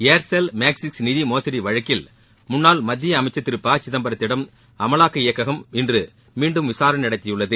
Aircel Maxis நிதி மோசடி வழக்கில் முன்னாள் மத்திய அமைச்சர் திரு ப சிதம்பரத்திடம் அமலாக்க இயக்ககம் இன்று மீண்டும் விசாரணை நடத்தியுள்ளது